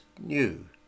new